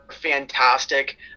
fantastic